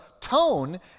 tone